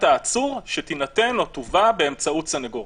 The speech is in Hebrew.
העצור שתינתן תובא באמצעות סנגורו.